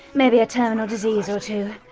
maybe a terminal disease or two.